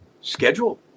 schedule